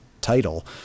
title